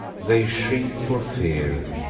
they shrink for fear,